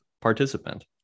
participant